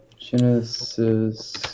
Genesis